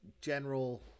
general